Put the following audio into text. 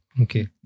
okay